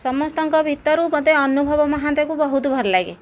ସମସ୍ତଙ୍କ ଭିତରୁ ମୋତେ ଅନୁଭବ ମହାନ୍ତେକୁ ମୋତେ ବହୁତ ଭଲ ଲାଗେ